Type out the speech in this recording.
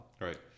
right